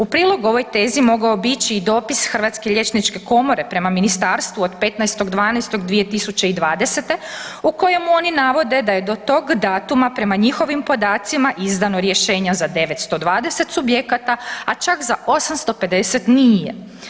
U prilog ovoj tezi, mogao bi ići i dopis Hrvatske liječničke komore prema ministarstvu od 15. 12. 2020. u kojemu oni navode da je do tog datuma prema njihovim podacima izdano rješenja za 920 subjekata a za čak 850 nije.